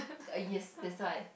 err yes that's why